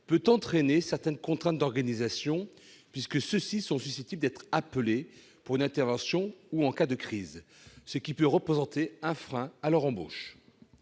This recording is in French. peut entraîner certaines contraintes d'organisation, ce sapeur-pompier étant susceptible d'être appelé pour une intervention ou en cas de crise, ce qui peut constituer un frein à l'embauche.